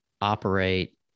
operate